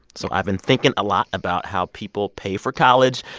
so i've been thinking a lot about how people pay for college.